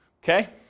okay